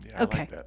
okay